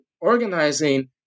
organizing